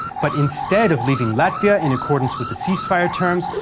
but instead of leaving latvia in accordance with the ceasefire terms,